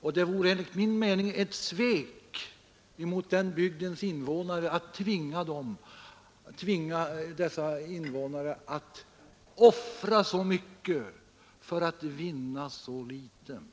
Och det vore enligt min mening ett svek mot den bygdens invånare att tvinga dem att offra så mycket för att vinna så litet.